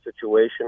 situation